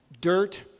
Dirt